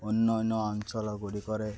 ଅନ୍ୟ ଅନ୍ୟ ଅଞ୍ଚଳ ଗୁଡ଼ିକରେ